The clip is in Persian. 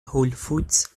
هولفودز